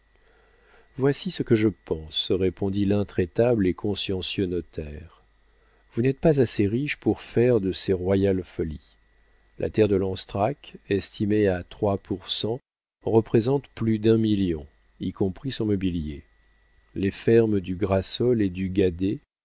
voici ce que je pense répondit l'intraitable et consciencieux notaire vous n'êtes pas assez riche pour faire de ces royales folies la terre de lanstrac estimée à trois pour cent représente plus d'un million y compris son mobilier les fermes du grassol et du guadet